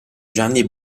gianni